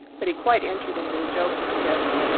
but he quite entered into the joke, and said,